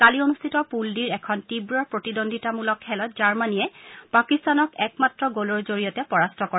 কালি অনুষ্ঠিত পূল ডিৰ এখন তীৱ প্ৰতিদ্বন্দ্বিতামূলক খেলত জাৰ্মনীয়ে পাকিস্তানক একমাত্ৰ গলৰ জৰিয়তে পৰাস্ত কৰে